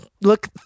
Look